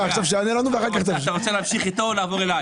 אתה רוצה להמשיך איתו או לעבור אלי?